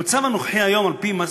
במצב הנוכחי היום,